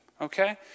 okay